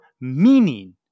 meaning